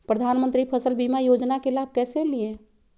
प्रधानमंत्री फसल बीमा योजना के लाभ कैसे लिये?